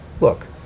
Look